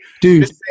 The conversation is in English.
Dude